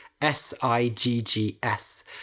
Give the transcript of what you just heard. S-I-G-G-S